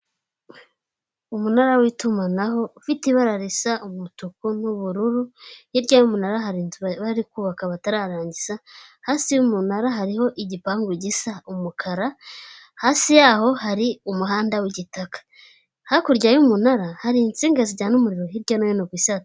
Umunara w'itumanaho ufite ibara risa umutuku n'ubururu, hirya y'umunara hari inzu bari kubaka batararangiza hasi y'umunara hariho igipangu gisa umukara, hasi yaho hari umuhanda w'igitaka, hakurya y'umunara hari insinga zijyana umuriro hirya no hino ku isa.